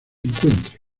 encuentre